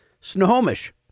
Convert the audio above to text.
Snohomish